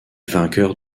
vainqueurs